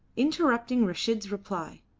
interrupting reshid's reply.